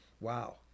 wow